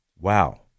Wow